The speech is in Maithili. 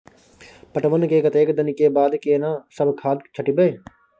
पटवन के कतेक दिन के बाद केना सब खाद छिटबै?